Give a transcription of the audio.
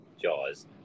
Jaws